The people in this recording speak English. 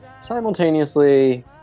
simultaneously